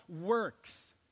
works